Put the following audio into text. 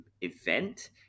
event